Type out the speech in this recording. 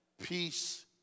Peace